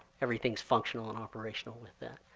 everything's functional and operational with that.